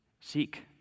seek